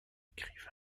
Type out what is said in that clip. écrivain